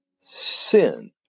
sin